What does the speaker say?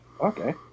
Okay